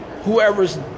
whoever's